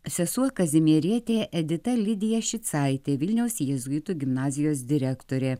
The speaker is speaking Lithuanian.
sesuo kazimierietė edita lidija šicaitė vilniaus jėzuitų gimnazijos direktorė